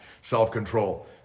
self-control